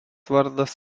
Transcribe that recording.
vardas